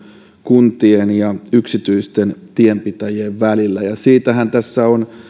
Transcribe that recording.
kuntien ja yksityisten tienpitäjien välillä ja siitähän tässä on